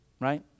right